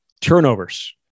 Turnovers